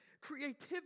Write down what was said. creativity